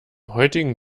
heutigen